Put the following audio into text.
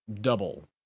double